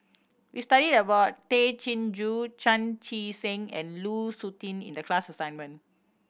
we studied about Tay Chin Joo Chan Chee Seng and Lu Suitin in the class assignment